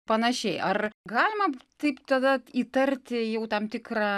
panašiai ar galima taip tada įtarti jau tam tikrą